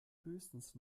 höchstens